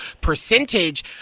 percentage